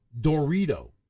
Dorito